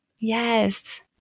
Yes